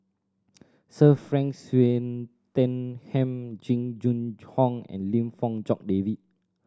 Sir Frank Swettenham Jing Jun Hong and Lim Fong Jock David